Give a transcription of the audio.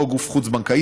אותו גוף חוץ-בנקאי,